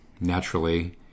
naturally